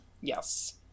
yes